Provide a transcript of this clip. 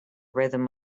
rhythm